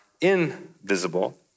invisible